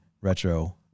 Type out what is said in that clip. retro